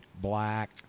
black